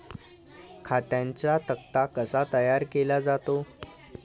खात्यांचा तक्ता कसा तयार केला जातो?